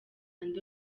and